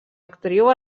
actriu